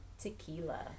tequila